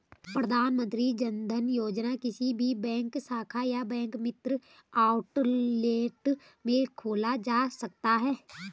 प्रधानमंत्री जनधन योजना किसी भी बैंक शाखा या बैंक मित्र आउटलेट में खोला जा सकता है